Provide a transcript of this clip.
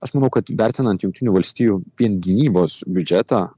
aš manau kad vertinant jungtinių valstijų gynybos biudžetą